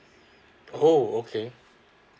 oh okay